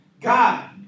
God